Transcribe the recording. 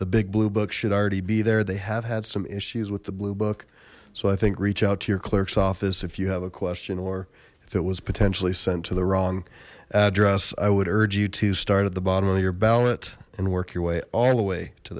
the big blue book should already be there they have had some issues with the blue book so i think reach out to your clerk's office if you have a question or if it was potentially sent to the wrong address i would urge you to start at the bottom of your ballot and work your way all the way to